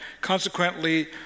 consequently